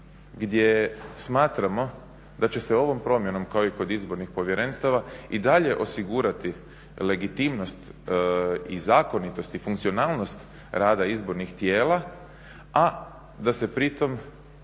gdje smatramo da će se ovom promjenom kao i kod izbornih povjerenstava i dalje osigurati legitimnost i zakonitost i funkcionalnost rada izbornih tijela a da se pri tome